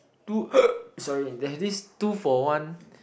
two sorry there's this two for one